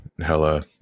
hella